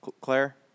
Claire